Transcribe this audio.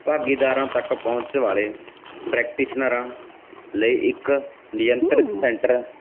ਭਾਗੀਦਾਰਾਂ ਤੱਕ ਪਹੁੰਚ ਵਾਲੇ ਪ੍ਰੈਕਟੀਸ਼ਨਰਾਂ ਲਈ ਇੱਕ ਨਿਯੰਤਰਿਤ ਸੈਂਟਰ